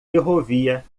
ferrovia